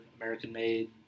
American-made